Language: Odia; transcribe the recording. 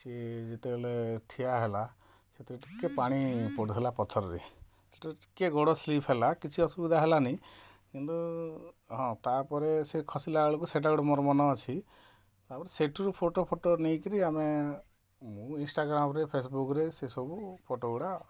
ସିଏ ଯେତେବେଳେ ଠିଆ ହେଲା ସେତେବେଳେ ଟିକେ ପାଣି ପଡ଼ୁଥିଲା ପଥରରେ ସେଥିରେ ଟିକେ ଗୋଡ଼ ସ୍ଲିପ୍ ହେଲା କିଛି ଅସୁବିଧା ହେଲାନି କିନ୍ତୁ ହଁ ତା'ପରେ ସେ ଖସିଲା ବେଳକୁ ସେଟା ଗୋଟେ ମୋର ମନେ ଅଛି ତା'ପରେ ସେଠୁରୁ ଫଟୋ ଫଟୋ ନେଇ କରି ଆମେ ମୁଁ ଇନଷ୍ଟାଗ୍ରାମରେ ଫେସବୁକରେ ସେସବୁ ଫଟୋ ଗୁଡ଼ା